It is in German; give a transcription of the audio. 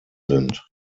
sind